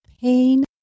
pain